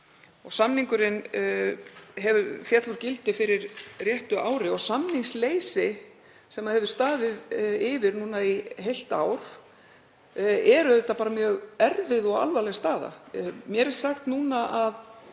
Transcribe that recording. Samningurinn féll úr gildi fyrir réttu ári og samningsleysi, sem hefur staðið yfir núna í heilt ár, er auðvitað bara mjög erfið og alvarleg staða. Mér er sagt núna að